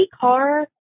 car